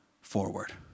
forward